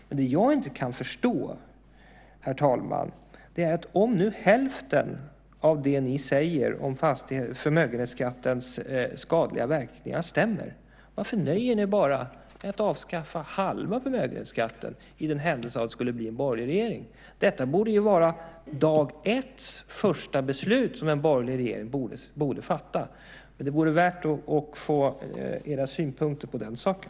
Det jag dock inte kan förstå, herr talman, är varför ni, om nu hälften av det ni säger om förmögenhetsskattens skadliga verkningar stämmer, nöjer er med att bara avskaffa halva förmögenhetsskatten i den händelse det skulle bli en borgerlig regering. Detta borde ju vara det första beslut som en borgerlig regering dag 1 skulle fatta. Det vore bra att få era synpunkter på den saken.